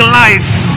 life